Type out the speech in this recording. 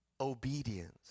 Obedience